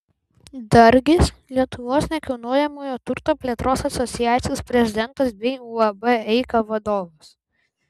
dargis lietuvos nekilnojamojo turto plėtros asociacijos prezidentas bei uab eika vadovas